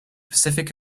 pacific